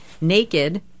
naked